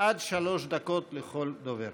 עד שלוש דקות לכל דובר.